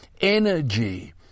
energy